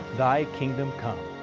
thy kingdom come.